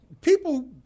people